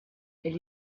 elle